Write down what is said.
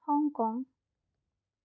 Hong Kong